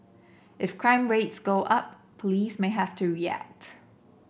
if crime rates go up police may have to react